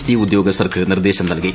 T ഉദ്യോഗസ്ഥർക്ക് നിർദ്ദേശം നല്കി